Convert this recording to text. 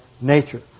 nature